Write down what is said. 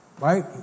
right